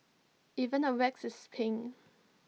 even the wax is pink